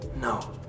No